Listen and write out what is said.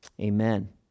amen